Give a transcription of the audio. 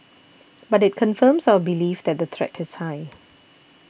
but it confirms our belief that the threat is high